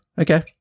okay